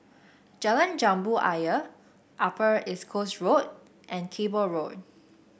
Jalan Jambu Ayer Upper East Coast Road and Cable Road